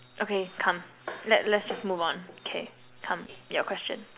okay come let let's just move on K come your question